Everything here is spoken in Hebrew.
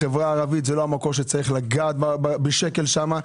החברה הערבית זה לא מקום שיש לגעת בשקל שם.